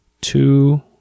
Two